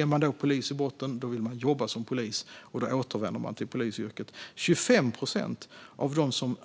Är man polis i botten vill man jobba som polis, och då återvänder man till polisyrket. 25 procent av dem som